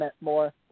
more